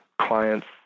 clients